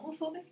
homophobic